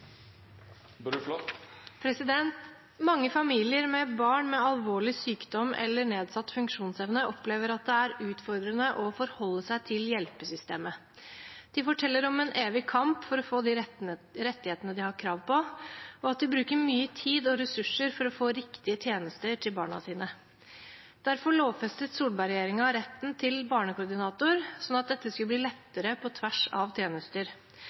familier med barn med alvorlig sykdom eller nedsatt funksjonsevne opplever at det er utfordrende å forholde seg til hjelpesystemet. De forteller om en evig kamp for å få de rettighetene de har krav på, og at de bruker mye tid og ressurser for å få riktige tjenester til barna sine. Derfor lovfestet Solberg-regjeringen retten til barnekoordinator, slik at dette skulle bli lettere på tvers av tjenester.